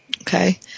Okay